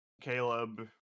Caleb